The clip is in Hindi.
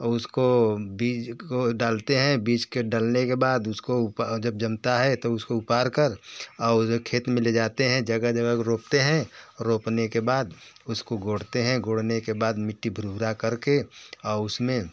उसको बीज को डालते हैं बीज के डलने के बाद उसको उप जब जन्ता है तब उसको उपार कर और खेत में ली जाते हैं जगह जगह रोपते हैं रोपने के बाद उसको गोड़ते हैं गोड़ने के बाद मिट्टी भुरभुरा कर के और उस में